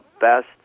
best